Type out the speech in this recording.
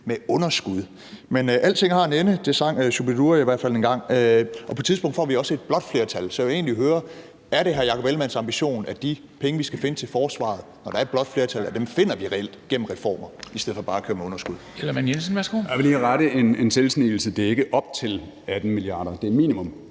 med underskud. Men alting har en ende – det sang Shu-bi-dua i hvert fald engang – og på et tidspunkt får vi også et blåt flertal. Så jeg vil egentlig høre: Er det hr. Jakob Ellemann-Jensens ambition, at de penge, vi skal finde til forsvaret, når der kommer et blåt flertal, er nogle, vi reelt finder gennem reformer, i stedet for bare at køre med underskud? Kl. 14:05 Formanden (Henrik Dam Kristensen): Hr. Jakob Ellemann-Jensen.